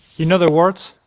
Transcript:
in other words,